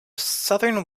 southern